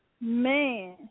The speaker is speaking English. man